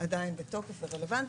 עדיין בתוקף ורלוונטי.